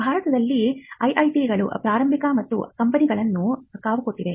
ಭಾರತದಲ್ಲಿ ಐಐಟಿಗಳು ಪ್ರಾರಂಭಿಕ ಮತ್ತು ಕಂಪನಿಗಳನ್ನು ಕಾವುಕೊಟ್ಟಿವೆ